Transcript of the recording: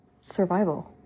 survival